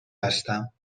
هستم